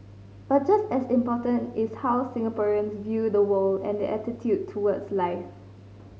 but just as important is how Singaporeans view the world and their attitude towards life